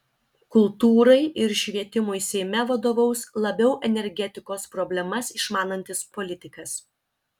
kultūrai ir švietimui seime vadovaus labiau energetikos problemas išmanantis politikas